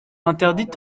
interdites